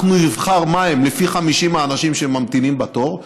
ואנחנו נבחר לפי 50 האנשים שממתינים בתור.